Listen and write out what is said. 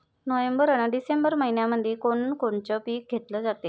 November अन डिसेंबर मइन्यामंधी कोण कोनचं पीक घेतलं जाते?